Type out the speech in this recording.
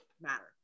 matter